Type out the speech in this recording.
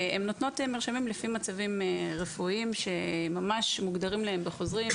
והן נותנות מרשמים לפי מצבים רפואיים שממש מוגדרים להן בחוזרים,